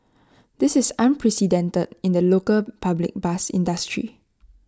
this is unprecedented in the local public bus industry